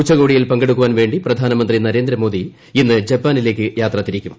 ഉച്ചകോടിയിൽ പങ്കെടുക്കാൻ വേ ി പ്രധാനമന്ത്രി നരേന്ദ്രമോദി ഇന്ന് ജപ്പാനിലേക്ക് യാത്ര തിരിക്കും